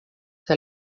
que